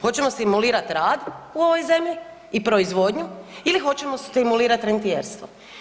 Hoćemo stimulirat rad u ovoj zemlji ili proizvodnju ili hoćemo stimulirati rentijerstvo?